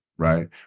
Right